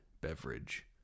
Beverage